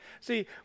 See